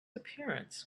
appearance